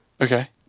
Okay